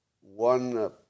one